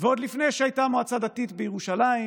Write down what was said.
ועוד לפני שהייתה מועצה דתית בירושלים,